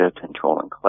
controlling